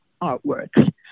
artworks